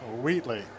Wheatley